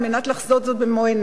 על מנת לחזות בזאת במו-עיני.